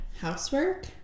housework